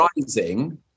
rising